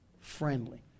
friendly